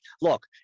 look